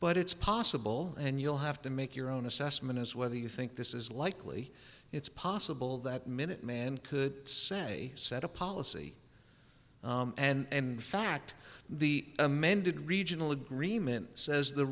but it's possible and you'll have to make your own assessment as whether you think this is likely it's possible that minuteman could say set a policy and fact the amended regional agreement says the